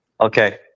Okay